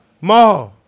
Ma